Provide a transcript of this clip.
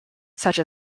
such